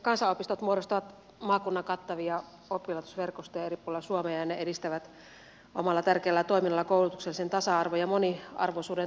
kansanopistot muodostavat maakunnan kattavia oppilaitosverkostoja eri puolilla suomea ja ne edistävät omalla tärkeällä toiminnallaan koulutuksellisen tasa arvon ja moniarvoisuuden toteutumista